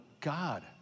God